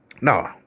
no